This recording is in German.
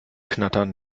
knattern